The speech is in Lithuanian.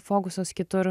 fokusas kitur